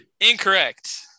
Incorrect